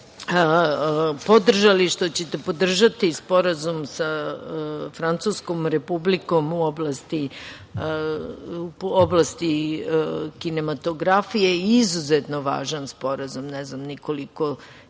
što ćete podržati Sporazum sa Francuskom Republikom u oblasti kinematografije. To je izuzetno važan sporazum. Ne znam koliko smo